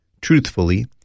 truthfully